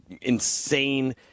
insane